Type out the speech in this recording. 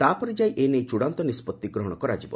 ତା'ପରେ ଯାଇ ଏ ନେଇ ଚୂଡ଼ାନ୍ତ ନିଷ୍ପଭି ଗ୍ରହଣ କରାଯିବ